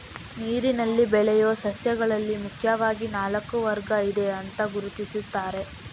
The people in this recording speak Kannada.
ನೀರಿನಲ್ಲಿ ಬೆಳೆಯುವ ಸಸ್ಯಗಳಲ್ಲಿ ಮುಖ್ಯವಾಗಿ ನಾಲ್ಕು ವರ್ಗ ಇದೆ ಅಂತ ಗುರುತಿಸ್ತಾರೆ